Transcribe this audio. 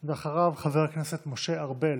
ואחריו, חבר הכנסת משה ארבל.